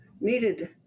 needed